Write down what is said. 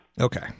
Okay